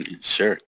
Sure